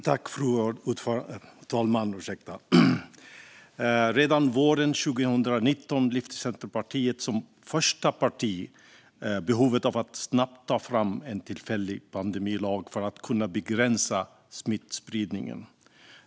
Fru talman! Redan våren 2020 lyfte Centerpartiet, som första parti, fram behovet av att snabbt ta fram en tillfällig pandemilag för att kunna begränsa smittspridningen.